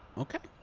okay!